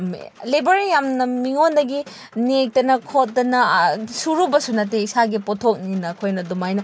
labour ꯌꯥꯝꯅ ꯃꯤꯉꯣꯟꯗꯒꯤ ꯅꯦꯛꯇꯅ ꯈꯣꯠꯇꯅ ꯁꯨꯔꯨꯕꯁꯨ ꯅꯠꯇꯦ ꯏꯁꯥꯒꯤ ꯄꯣꯠꯊꯣꯛꯅꯤꯅ ꯑꯩꯈꯣꯏꯅ ꯑꯗꯨꯃꯥꯏꯅ